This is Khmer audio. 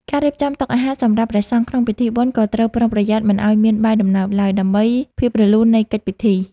ការរៀបចំតុអាហារសម្រាប់ព្រះសង្ឃក្នុងពិធីបុណ្យក៏ត្រូវប្រុងប្រយ័ត្នមិនឱ្យមានបាយដំណើបឡើយ ដើម្បីភាពរលូននៃកិច្ចពិធី។